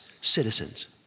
citizens